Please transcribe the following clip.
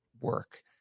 work